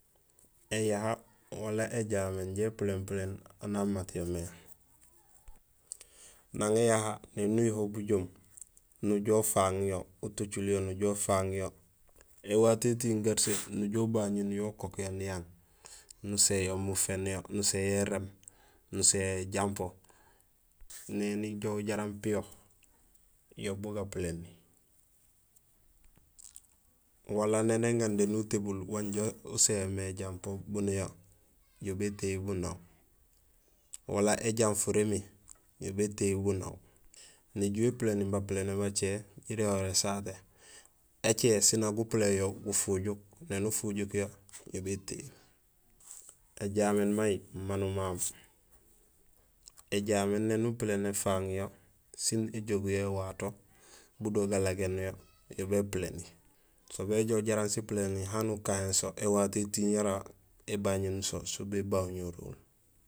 Ēyaha wala éjaméén inja apuléén puléén aan ha mat yo mé nang éyaha éni uyuhohul bujoom nujoow ufaaŋ yo, utocul yo nujoow ufaaŋ yo éwato étiiŋ garse nujoow ubañénu yo nujoow ukook yo niyang nusin yo muféén yo nusin yo éréém nusin yo éjampo néni joow jaraam piyo yo bugapuléni wala néni éŋandéli utébul wanja usin yo mé éjampo bu niyo yo bétéyul bu naw wala éjaam furimi yo bétéyul bu naw néjuhé épuléni bapuléné bacé jiréhoor nésaté écé siin nak gupuléén yo gufujuk néni ufujuk yo; yo bétéyul. Éjaméén may manu mamu, éjaméén éni épuléén éfaaŋ yo sin éjogu yo éwato budo galagéén yo, yo bépuléni; so béjoow jaraam sipuléni hani ukahéén so éwato étiiŋ yara ébañénul so, so béboñul.